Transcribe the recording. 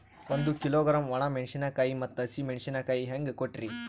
ಒಂದ ಕಿಲೋಗ್ರಾಂ, ಒಣ ಮೇಣಶೀಕಾಯಿ ಮತ್ತ ಹಸಿ ಮೇಣಶೀಕಾಯಿ ಹೆಂಗ ಕೊಟ್ರಿ?